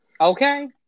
Okay